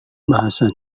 bahasa